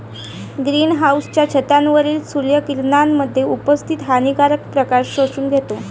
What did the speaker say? green हाउसच्या छतावरील सूर्य किरणांमध्ये उपस्थित हानिकारक प्रकाश शोषून घेतो